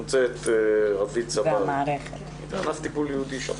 את האגף לטיפול ייעודי.